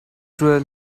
drill